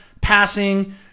passing